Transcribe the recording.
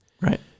Right